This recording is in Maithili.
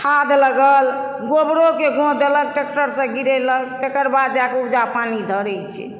खाद लगल गोबरो के गूॅंह देलक ट्रैक्टर सॅं गिरैलक तकर बाद जा कऽ उपजा पानि धरै छै